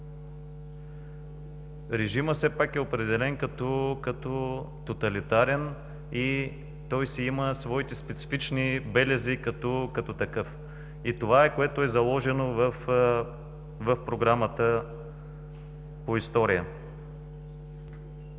Режимът все пак е определен като тоталитарен и той си има своите специфични белези като такъв. Това е заложено в Програмата по история.